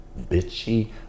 bitchy